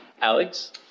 alex